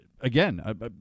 again